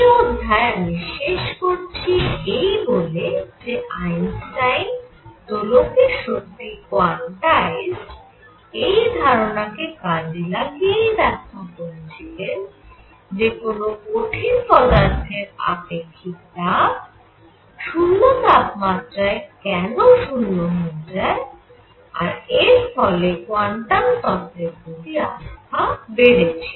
এই অধ্যায় আমি শেষ করছি এই বলে যে আইনস্টাইন দোলকের শক্তি কোয়ান্টাইজড এই ধারণা কে কাজে লাগিয়েই ব্যাখ্যা করেছিলেন যে কোন কঠিন পদার্থের আপেক্ষিক তাপ শূন্য তাপমাত্রায় কেন শূন্য হয়ে যায় আর এর ফলে কোয়ান্টাম তত্ত্বের প্রতি আস্থা বেড়েছিল